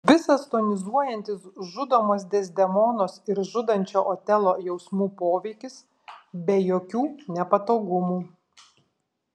visas tonizuojantis žudomos dezdemonos ir žudančio otelo jausmų poveikis be jokių nepatogumų